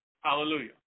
Hallelujah